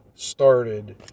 started